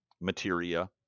materia